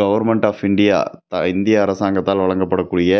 government of India இந்திய அரசாங்கத்தால் வழங்கப்படக்கூடிய